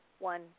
One